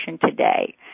today